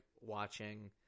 watching